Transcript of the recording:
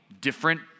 different